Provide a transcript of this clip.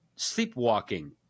Sleepwalking